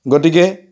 গতিকে